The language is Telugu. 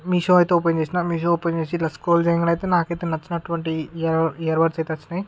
మీషో అయితే ఓపెన్ చేసిన మీషో ఓపెన్ చేసి డ్రెస్ ఫోల్డ్ చెయ్యంగానే నాకైతే నచ్చినటువంటి ఇయర్ బర్డ్ ఇయర్ బర్డ్స్ అయితే నచ్చినాయ్